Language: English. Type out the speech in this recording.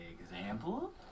Example